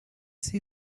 see